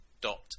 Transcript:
dot